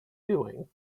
doing